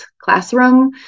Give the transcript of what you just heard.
classroom